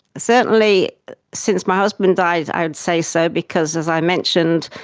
certainly since my husband died i say so because, as i mentioned,